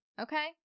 okay